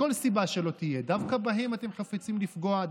מכל סיבה שלא תהיה, דווקא בהן אתם חפצים לפגוע?